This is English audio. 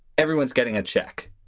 everyone's getting a check.